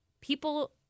people